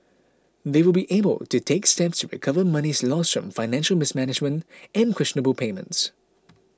they will be able to take steps to recover monies lost from financial mismanagement and questionable payments